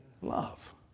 Love